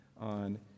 on